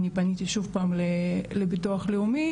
אני פניתי שוב פעם לביטוח לאומי,